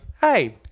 hey